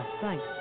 Thanks